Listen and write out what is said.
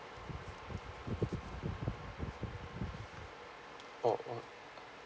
oh oh uh